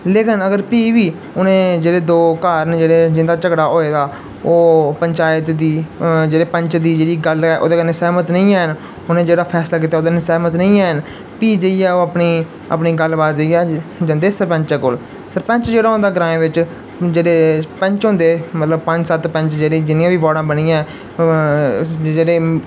लेकिन अगर फ्ही बी उनें जेह्ड़े दो घर न जेह्ड़े जिंदा झगड़ा होए दा ओह् पंंचायत दी जेह्ड़ी पैंच दी जेह्ड़ी गल्ल ऐ ओह्दे कन्नै सैहमत नेईं हैन उनें जेह्ड़ा फैसला कीता ओह्दे कन्नै सैहमत नेईं हैन फ्ही जाइयै ओह् अपनी अपनी गल्ल बात जाइयै जंदे सरपैंचैं कोल सरपैंच जेह्ड़ा होंदा ग्राएं बिच्च जेह्ड़े पैंच होंदे मतलब पंज सत्त जेह्ड़े जेह्ड़ियां बी वार्डां बनियां ऐ जेह्ड़े